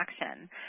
action